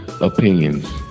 opinions